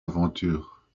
aventure